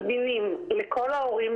זמינים לכל ההורים,